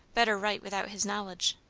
better write without his knowledge.